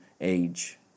age